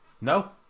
No